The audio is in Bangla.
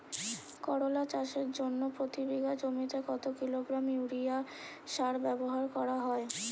করলা চাষের জন্য প্রতি বিঘা জমিতে কত কিলোগ্রাম ইউরিয়া সার ব্যবহার করা হয়?